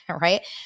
right